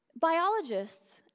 Biologists